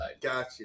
Gotcha